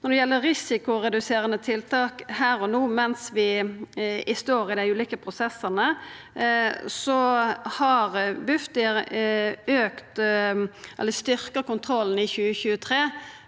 Når det gjeld risikoreduserande tiltak her og no, mens vi står i dei ulike prosessane, har Bufdir styrkja kontrollen i 2023,